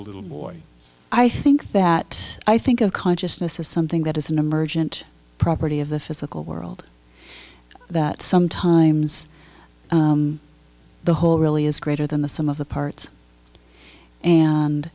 a little boy i think that i think a consciousness is something that is an emergent property of the physical world that sometimes the whole really is greater than the sum of the parts and